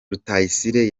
rutayisire